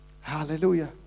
hallelujah